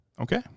Okay